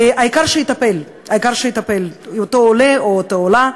העיקר שיטפל באותו עולֶה או אותה עולָה.